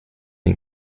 den